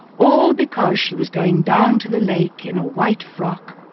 all because she was going down to the lake in a white frock